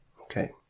Okay